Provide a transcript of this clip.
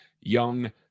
young